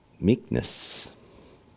meekness